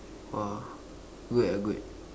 !wah! good lah good